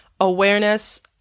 Awareness